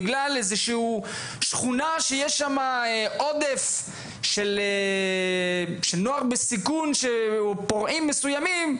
בגלל שיש עודף של נוער בסיכון או של פורעים כאלה ואחרים בשכונה מסוימת,